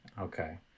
Okay